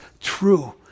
true